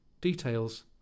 Details